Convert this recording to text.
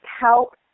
help